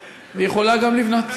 היא יכולה להרוס, והיא יכולה גם לבנות.